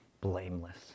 Blameless